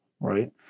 Right